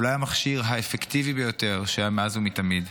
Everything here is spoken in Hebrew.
אולי המכשיר האפקטיבי ביותר שהיה מאז ומתמיד,